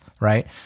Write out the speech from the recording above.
right